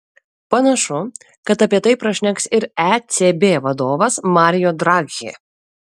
panašu kad apie tai prašneks ir ecb vadovas mario draghi